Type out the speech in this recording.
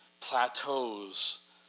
plateaus